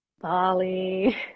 bali